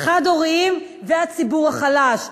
חד-הוריים והציבור החלש,